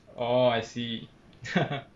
orh I see